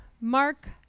Mark